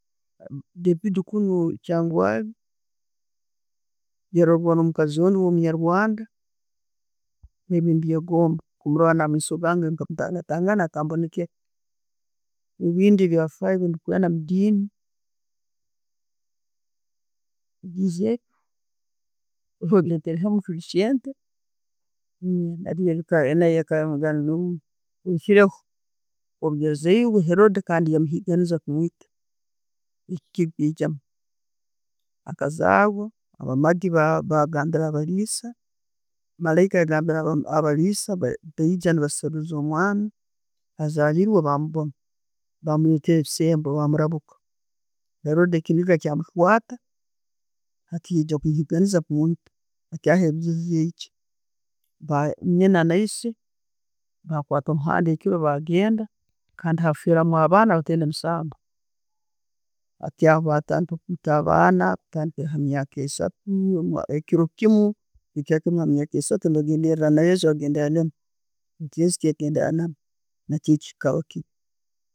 David kunu kyangwali yarwora no'mukaziwe omunyarwanda ebyo nembyegomba kumurora na'maiso gange nka mutangatangana aka mbonekera. Ebindi ebya faayo bendikwenda omudiini, hoireho, orweyazairwe kandi herold kandi yamuhiganiza kumwita, ekyo kigyamu. Akazarwa, a bamagi bagimbira abaliisa, malaika yagambira abaliisa baija nebaseruza omwana azarilwe bamubona, bamuletera ebisembo, bamurabuka. Herold ekiniga kyamukwata hati yaija komuhiganiza kumwitta, nyina nayise bakwata omuhanda ekiro bagenda kandi haferamu abaana batayina musango. Hati awo batandika kwita abaana kutandikira ha'myaka esaatu kiro kimu.